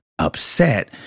upset